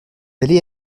allez